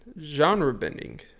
genre-bending